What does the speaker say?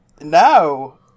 no